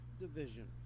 division